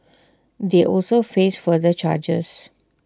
they also face further charges